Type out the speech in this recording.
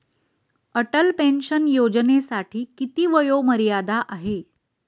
Atal pension योजनेसाठी किती वयोमर्यादा आहे?